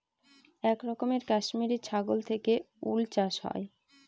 এক রকমের কাশ্মিরী ছাগল থেকে উল চাষ হয়